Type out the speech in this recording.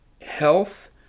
health